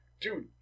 dude